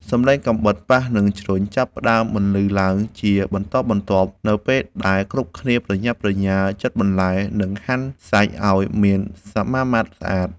សំឡេងកាំបិតប៉ះនឹងជ្រុញចាប់ផ្ដើមបន្លឺឡើងជាបន្តបន្ទាប់ នៅពេលដែលគ្រប់គ្នាប្រញាប់ប្រញាល់ចិតបន្លែ និងហាន់សាច់ឱ្យមានសមាមាត្រស្អាត។